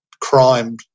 crime